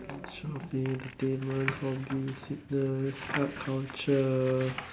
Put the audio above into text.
shopping entertainment hobbies student art culture